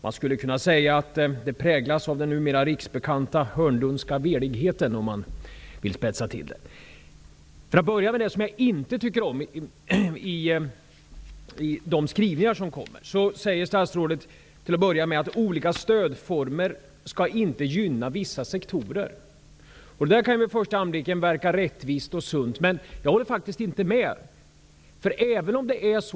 Man skulle kunna sägas att det präglas av den numera riksbekanta Hörnlundska veligheten, om man vill spetsa till det. Det jag inte tycker om i svaret är att statsrådet säger att olika stödformer inte skall gynna vissa sektorer. Det kan vid första anblicken verka rättvist och sunt, men jag håller inte med om det.